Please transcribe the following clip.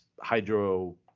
hydro